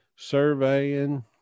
surveying